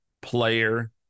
player